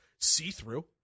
See-through